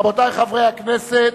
רבותי חברי הכנסת,